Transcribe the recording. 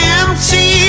empty